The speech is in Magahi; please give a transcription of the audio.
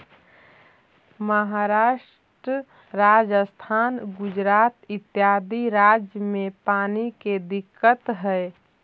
महाराष्ट्र, राजस्थान, गुजरात इत्यादि राज्य में पानी के दिक्कत हई